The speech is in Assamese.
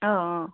অঁ অঁ